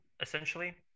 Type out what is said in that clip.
essentially